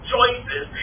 choices